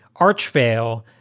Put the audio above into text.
Archvale